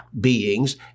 beings